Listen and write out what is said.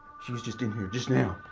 was just in here just now.